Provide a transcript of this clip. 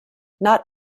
not